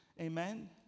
Amen